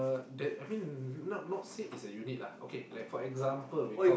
the that not not say is a unit lah or example we talk